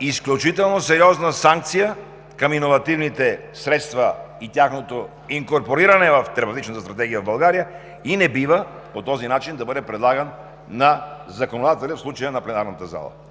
изключително сериозна санкция към иновативните средства и тяхното инкорпориране в терапевтичната стратегия в България, и не бива по този начин да бъде предлаган на законодателя, в случая на пленарната зала.